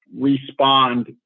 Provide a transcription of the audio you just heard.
respond